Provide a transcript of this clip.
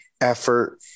effort